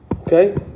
Okay